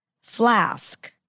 flask